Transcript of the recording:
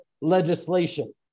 legislation